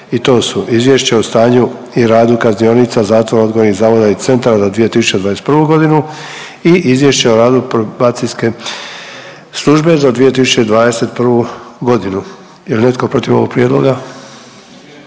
jedno Izvješće o stanju i radu kaznionica, zatvora, odgojnih zavoda i centara za 2021.g. i Izvješće o radu Probacijske službe za 2021., dakle slično kao i prošle